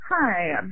Hi